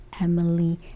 Emily